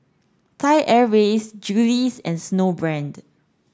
Thai Airways Julie's and Snowbrand